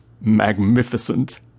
Magnificent